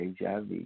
HIV